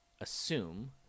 assume